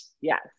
Yes